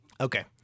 Okay